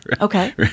Okay